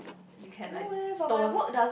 you can like stone